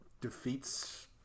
defeats